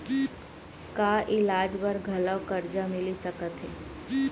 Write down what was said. का इलाज बर घलव करजा मिलिस सकत हे?